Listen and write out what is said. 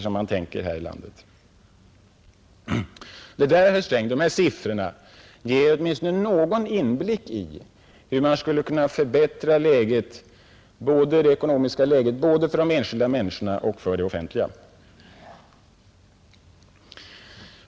Dessa siffror, herr Sträng, ger åtminstone någon inblick i hur man skulle kunna förbättra det ekonomiska läget både för de enskilda och för staten.